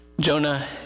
Jonah